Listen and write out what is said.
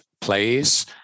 plays